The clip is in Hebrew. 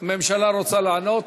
הממשלה לא עונה?